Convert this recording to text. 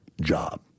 job